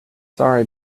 sorry